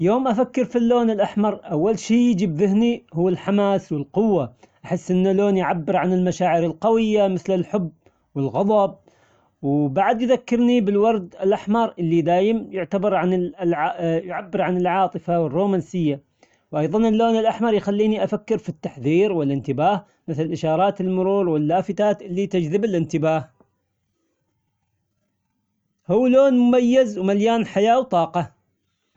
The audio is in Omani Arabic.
يوم ما أفكر في اللون الأحمر أول شي يجي بذهني هو الحماس والقوة أحس أنه لون يعبر عن المشاعر القوية مثل الحب والغضب وبعد يذكرني بالورد الأحمر اللي دايم يعتبر عن يعبر عن العاطفة والرومانسية، وأيظا اللون الأحمر يخليني أفكر في التحذير والإنتباه مثل إشارات المرور واللافتات اللي تجذب الإنتباه، هو لون مميز ومليان حياة وطاقة.